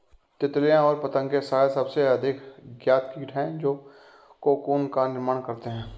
तितलियाँ और पतंगे शायद सबसे अधिक ज्ञात कीट हैं जो कोकून का निर्माण करते हैं